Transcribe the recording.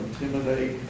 intimidate